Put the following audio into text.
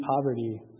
poverty